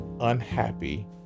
unhappy